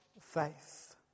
faith